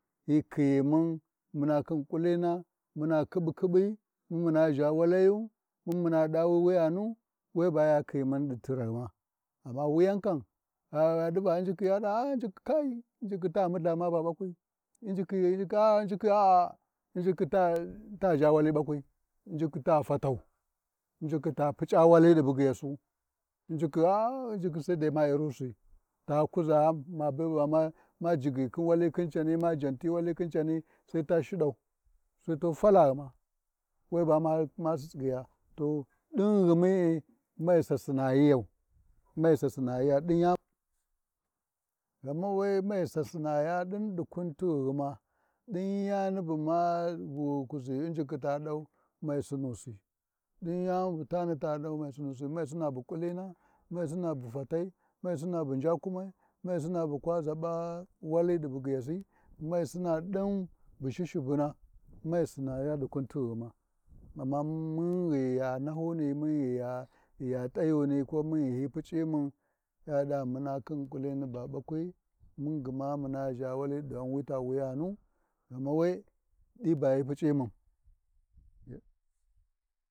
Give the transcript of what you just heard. Hyi khiyimun muna khin ƙullina muna khiɓi-khiɓi, muna zha walayu, munaɗa wi wuyanu, weba ya khiyimun ɗi tirghima, amma wuyan kan, a ɗiva injiki, kai injikhi ta multha ma ba ɓakwi, injiki ai ƙiƙƙa inji chi, a'a injikhi ta ʒha wali ɓakwi injikhi ta fatau injikhi ta puc’a wali ɗi bugyiyasu, injikhi, a'a injiki sai ma irusi, ta kuzaa mabi ɓa majigyi wi wali khin cani, ma janti wali khin cani sai tu shiɗau, sai tu falaghima, weba mu-ma tsigyiya to ɗinghimi? Mai sassinayiyau mai sassinayiya ɗin yani, ghamawa me Sasinayiya ɗinɗi kutighina ɗin yani, ghamawa me sasinayiya ɗinɗi kutighima ɗin yani ma ɗu-wu kuzi injikhi ta ɗau, mai sunusi, ɗin yani bu tanita ɗau mei sunusi, mei sina bu ƙulina mei sina bu fatai, mei sina bu njakumai, mei sina bukwa zaɓa wali di bugyiyasi, mei sina ɗin bu shi-shivuna, mei sinayiya ɗi kutighima, amma mun ghi ya nahyunu munghi ya t’ayuni ko mun ghi ayi puc’i mun, yaɗa muna khin ƙulini ba bakwi mun gma muna zha wali digham wi ta wuyamu, ghama we ɗiba hyi Puc’imun.